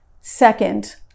Second